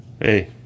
Hey